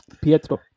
Pietro